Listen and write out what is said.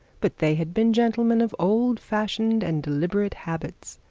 but they had been gentlemen of old-fashioned and deliberate habits.